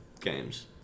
games